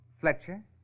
Fletcher